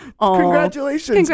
Congratulations